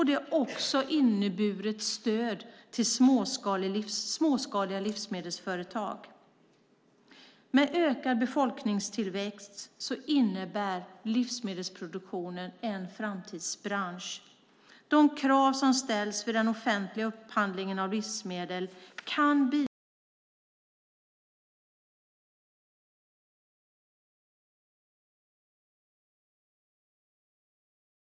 Den har också inneburit stöd till småskaliga livsmedelsföretag. Med en ökad befolkningstillväxt innebär livsmedelsproduktionen en framtidsbransch. De krav som ställs vid offentlig upphandling av livsmedel kan bidra till att lyfta fram livsmedel som är producerade med högt ställda krav på kvalitet och djuromsorg. Eftersom Sverige har högt ställda krav på både djurskydd, smittskydd och god miljö är det viktigt att den offentliga sektorn verkligen tar vara på den möjligheten och efterfrågar livsmedel med dessa egenskaper vid sina upphandlingar. Med detta, herr talman, ställer jag mig bakom utskottets förslag till beslut.